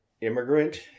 immigrant